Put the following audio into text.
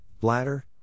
bladder